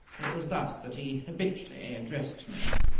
it was thus that he habitually addressed me.